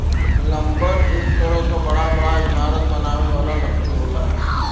lumber एक तरह क बड़ा बड़ा इमारत बनावे वाला लकड़ी होला